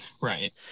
Right